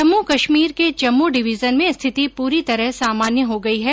जम्म् कश्मीर के जम्मू डिवीजन में रिथति पूरी तरह सामान्य हो गई है